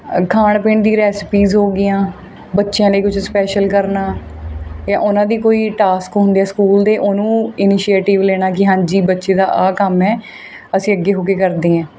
ਖਾਣ ਪੀਣ ਦੀ ਰੈਸਪੀਜ਼ ਹੋ ਗਈਆਂ ਬੱਚਿਆਂ ਲਈ ਕੁਝ ਸਪੈਸ਼ਲ ਕਰਨਾ ਜਾਂ ਉਹਨਾਂ ਦੀ ਕੋਈ ਟਾਸਕ ਹੁੰਦੀ ਸਕੂਲ ਦੇ ਉਹਨੂੰ ਇਨੀਸ਼ੀਏਟਿਵ ਲੈਣਾ ਕਿ ਹਾਂਜੀ ਬੱਚੇ ਦਾ ਆਹ ਕੰਮ ਹੈ ਅਸੀਂ ਅੱਗੇ ਹੋ ਕੇ ਕਰਦੇ ਹੈ